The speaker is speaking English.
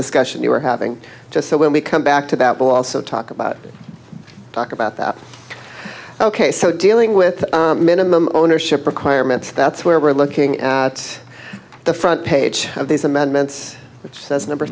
discussion we were having just that when we come back to that we'll also talk about talk about that ok so dealing with minimum ownership requirements that's where we're looking at the front page of these amendments which says number